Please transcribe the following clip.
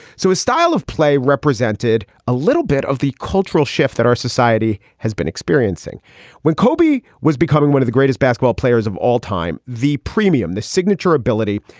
so his style of play represented a little bit of the cultural shift that our society has been experiencing when kobe was becoming one of the greatest basketball players of all time. the premium, the signature ability,